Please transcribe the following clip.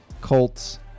colts